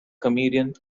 comedian